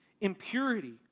impurity